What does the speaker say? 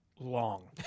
long